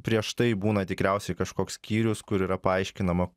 prieš tai būna tikriausiai kažkoks skyrius kur yra paaiškinama